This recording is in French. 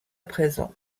présent